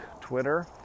Twitter